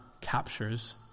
captures